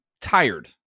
tired